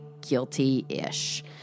guilty-ish